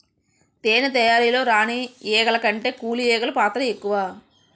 తేనె తయారీలో రాణి ఈగల కంటే కూలి ఈగలు పాత్ర ఎక్కువ